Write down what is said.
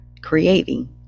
creating